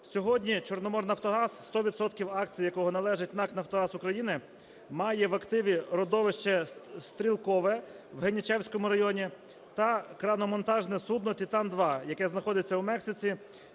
Сьогодні "Чорноморнафтогаз", 100 відсотків акцій якого належать НАК "Нафтогазу України", має в активі родовище Стрілкове в Генічевському районі та краново-монтажне судно "Титан-2", яке знаходиться у Мексиці